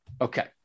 Okay